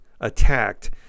attacked